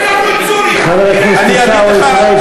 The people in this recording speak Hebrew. כל פעם מזכירים לנו את סוריה.